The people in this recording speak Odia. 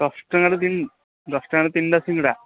ଦଶ ଟଙ୍କାରେ ତିନି ଦଶ ଟଙ୍କାରେ ତିନିଟା ସିଙ୍ଗଡ଼ା